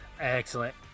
Excellent